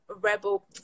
rebel